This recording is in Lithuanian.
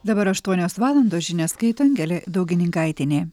dabar aštuonios valandos žinias skaito angelė daugininkaitienė